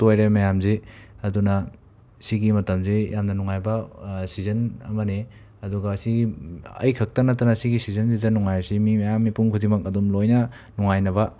ꯇꯣꯏꯔꯦ ꯃꯌꯥꯝꯁꯤ ꯑꯗꯨꯅ ꯁꯤꯒꯤ ꯃꯇꯝꯁꯤ ꯌꯥꯝꯅ ꯅꯨꯡꯉꯥꯏꯕ ꯁꯤꯖꯟ ꯑꯃꯅꯤ ꯑꯗꯨꯒ ꯁꯤꯒꯤ ꯑꯩ ꯈꯛꯇ ꯅꯠꯇꯅ ꯁꯤꯒꯤ ꯁꯤꯖꯟꯁꯤꯗ ꯅꯨꯡꯉꯥꯏꯔꯤꯁꯤ ꯃꯤ ꯃꯌꯥꯝ ꯃꯤꯄꯨꯝ ꯈꯨꯗꯤꯡꯃꯛ ꯑꯗꯨꯝ ꯂꯣꯏꯅ ꯅꯨꯡꯉꯥꯏꯅꯕ